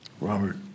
Robert